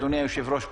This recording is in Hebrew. אדוני היושב-ראש,